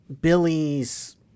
Billy's